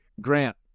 Grant